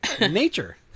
nature